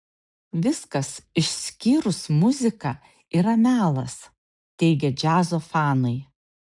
viskas išskyrus muziką yra melas teigia džiazo fanai